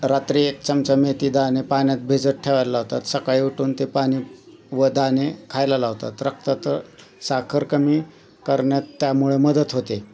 रात्री एक चमचा मेथीदाणे पाण्यात भिजत ठेवायला लावतात सकाळी उठून ते पाणी व दाणे खायला लावतात रक्तात साखर कमी करण्यात त्यामुळे मदत होते